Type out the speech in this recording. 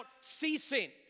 ceasing